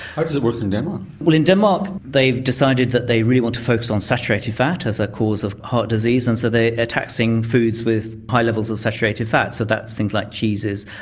how does it work in denmark? well in denmark they've decided that they really want to focus on saturated fat as a cause of heart disease and so they are taxing foods with high levels of saturated fat. so that's things like cheeses,